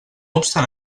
obstant